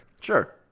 Sure